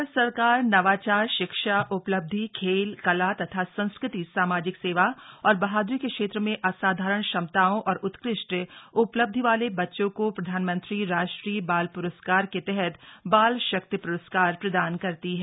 भारत सरकार नवाचार शिक्षा उपलब्धि खेल कला तथा संस्कृति सामाजिक सेवा और बहादूरी के क्षेत्र में असाधारण क्षमताओं और उत्कृष्ट उपलब्धि वाले बच्चों को प्रधानमंत्री राष्ट्रीय बाल प्रस्कार के तहत बाल शक्ति प्रस्कार प्रदान करती है